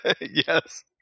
Yes